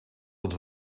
het